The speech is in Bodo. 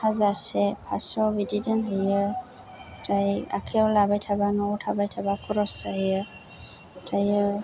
हाजार से फासस' बिदि दोनहैयो ओमफ्राय आखायाव लाबाय थाबा न'आव थाबाय थाबा खरस जायो ओमफ्रायो